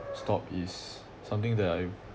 stop is something that I've